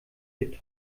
wird